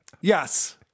Yes